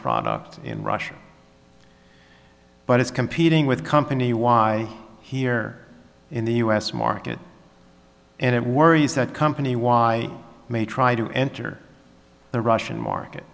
product in russia but is competing with company y here in the us market and it worries that company y may try to enter the russian market